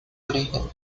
origen